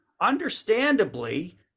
understandably